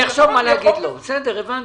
אחשוב מה להגיד לו, בסדר, הבנתי.